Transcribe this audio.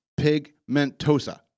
pigmentosa